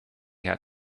had